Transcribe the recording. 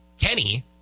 Kenny